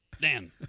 Dan